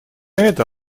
это